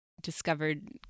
discovered